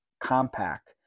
Compact